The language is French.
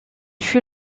fut